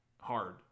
hard